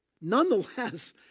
Nonetheless